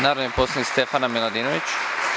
Narodni poslanik Stefana Miladinović.